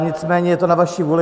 Nicméně je to na vaší vůli.